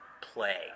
play